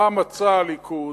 מה מצע הליכוד,